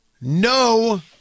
No